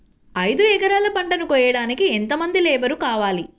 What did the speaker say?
ఐదు ఎకరాల పంటను కోయడానికి యెంత మంది లేబరు కావాలి?